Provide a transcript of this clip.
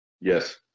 Yes